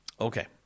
Okay